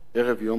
ערב יום השואה.